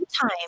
time